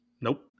Nope